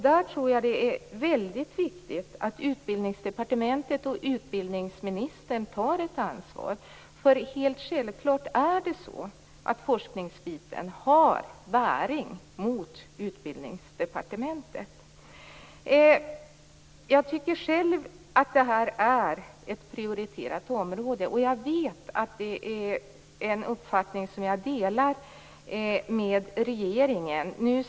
Där tror jag att det är väldigt viktigt att Utbildningsdepartementet och utbildningsministern tar ett ansvar. Helt självklart har forskningsdelen bäring mot Utbildningsdepartementet. Jag tycker själv att detta är ett prioriterat område. Och jag vet att det är en uppfattning som jag delar med regeringen.